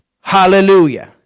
Hallelujah